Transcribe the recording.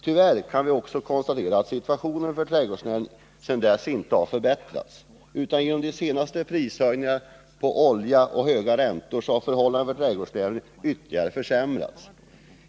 Tyvärr kan vi konstatera att situationen för trädgårdsnäringen sedan dess inte har förbättrats, utan genom de senaste prishöjningarna på olja och genom höjda räntor har förhållandena för trädgårdsnäringen ytterligare försämrats.